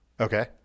Okay